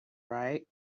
right